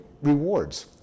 Rewards